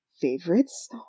favorites